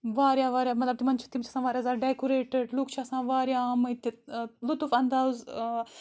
واریاہ واریاہ مطلب تِمَن چھِ تِم چھِ آسان واریاہ زیاد ڈؠکُریٹِڈ لُکھ چھِ آسان واریاہ آمٕتۍ لُطف اَنٛداز